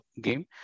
game